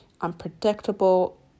unpredictable